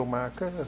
maken